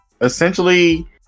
Essentially